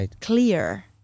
clear